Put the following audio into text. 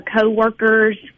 coworkers